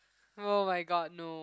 oh-my-god no